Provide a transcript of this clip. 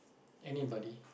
anybody